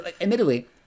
admittedly